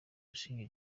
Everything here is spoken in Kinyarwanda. busingye